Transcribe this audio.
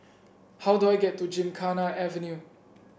how do I get to Gymkhana Avenue